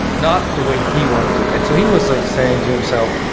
not the way he wanted to. and so he was like saying to himself,